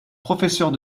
professeure